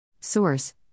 Source